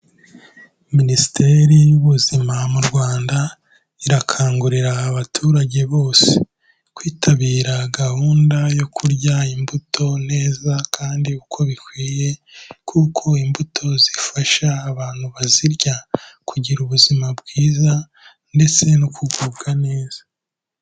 Minisiteri y'ubuzima mu Rwanda irakangurira abaturage bose, kwitabira gahunda yo kurya imbuto neza kandi uko bikwiye kuko imbuto zifasha abantu bazirya kugira ubuzima bwiza ndetse no kugubwa neza.